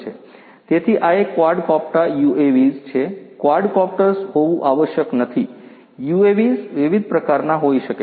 તેથી આ એક ક્વાડકોપ્ટા UAVs છે ક્વાડકોપ્ટર્સ હોવું આવશ્યક નથી UAVs વિવિધ પ્રકારનાં હોઈ શકે છે